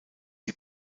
die